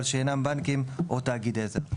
אבל שאינם בנקים או תאגיד עזר.